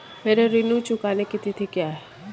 मेरे ऋण चुकाने की तिथि क्या है?